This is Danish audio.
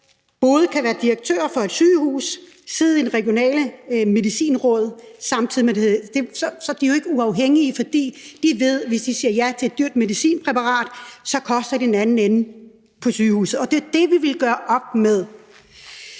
både kan være direktør for et sygehus og samtidig med det sidde i det regionale medicinråd. Så er de jo ikke uafhængige, for de ved, at hvis de siger ja til et dyrt medicinpræparat, koster det på sygehuset i den anden ende. Og det er det, vi vil gøre op med.